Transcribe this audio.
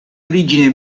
origine